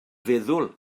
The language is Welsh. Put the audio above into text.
feddwl